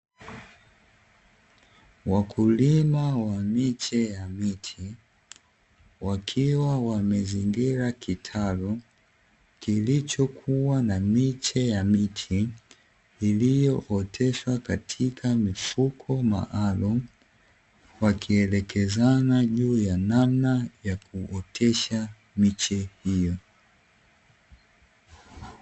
Wakulima wa miche ya miti wakiwa wamezingira kitalu kilichokuwa na miche ya miti iliyooteshwa katika mifuko maalumu, wakielekezana juu ya namna ya kuotesha miche hiyo.